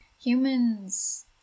Humans